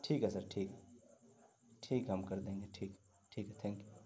ٹھیک ہے سر ٹھیک ٹھیک ہے ہم کر دیں گے ٹھیک ٹھیک ہے تھینک یو